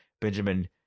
benjamin